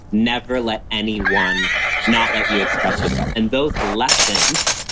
never let any one not let you express yourself. and those lessons,